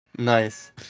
nice